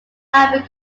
had